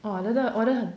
!wah! then 我的